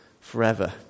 forever